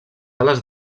ales